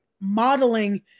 modeling